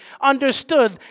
understood